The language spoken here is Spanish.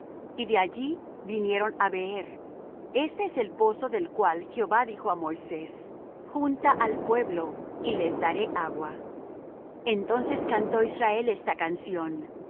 y de allí vinieron á beer este es el pozo del cual jehová dijo á moisés junta al pueblo y les daré agua entonces cantó israel esta canción